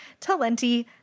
Talenti